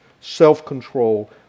self-control